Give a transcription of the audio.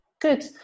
good